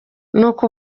nuko